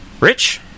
Rich